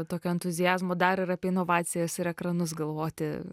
tokio entuziazmo dar ir apie inovacijas ir ekranus galvoti